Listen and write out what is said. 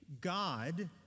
God